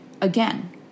again